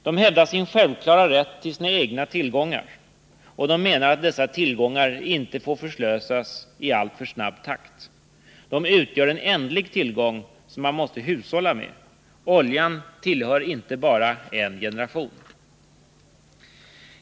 De hävdar sin självklara rätt till sina egna tillgångar, och de menar att dessa tillgångar inte får förslösas i alltför snabb takt. De utgör en ändlig tillgång, som man måste hushålla med. Oljan tillhör inte bara en generation.